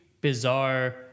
bizarre